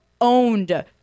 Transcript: owned